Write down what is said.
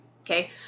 Okay